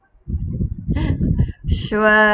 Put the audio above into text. sure